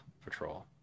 Patrol